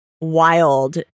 wild